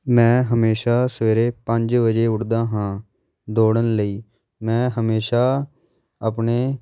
ਮੈਂ ਹਮੇਸ਼ਾ ਸਵੇਰੇ ਪੰਜ ਵਜੇ ਉੱਠਦਾ ਹਾਂ ਦੋੜਨ ਲਈ ਮੈਂ ਹਮੇਸ਼ਾ ਆਪਣੇ